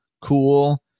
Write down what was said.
cool